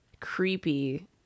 creepy